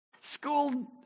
school